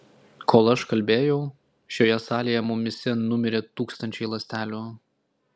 kol aš kalbėjau šioje salėje mumyse numirė tūkstančiai ląstelių